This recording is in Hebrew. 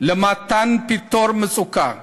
למתן פתרון למצוקה.